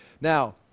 Now